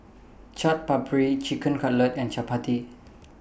Chaat Papri Chicken Cutlet and Chapati